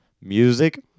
music